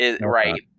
Right